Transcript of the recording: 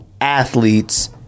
athletes